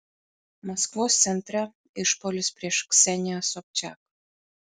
maskvos centre išpuolis prieš kseniją sobčiak